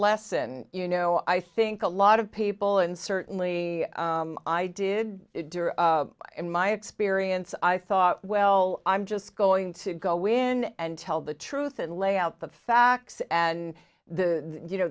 lesson you know i think a lot of people and certainly i did in my experience i thought well i'm just going to go in and tell the truth and lay out the facts and the you know